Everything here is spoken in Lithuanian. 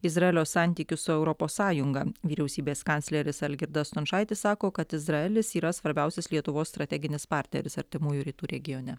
izraelio santykius su europos sąjunga vyriausybės kancleris algirdas stončaitis sako kad izraelis yra svarbiausias lietuvos strateginis partneris artimųjų rytų regione